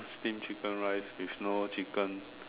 steam chicken rice with no chicken